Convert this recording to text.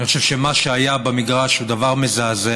אני חושב שמה שהיה במגרש הוא דבר מזעזע,